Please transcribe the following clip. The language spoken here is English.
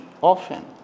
often